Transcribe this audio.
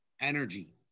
energy